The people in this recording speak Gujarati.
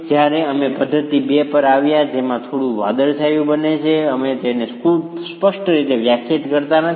જ્યારે અમે પદ્ધતિ 2 પર આવ્યા કે જે થોડું વાદળછાયું બને છે અમે તેને ખૂબ સ્પષ્ટ રીતે વ્યાખ્યાયિત કરતા નથી